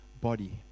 body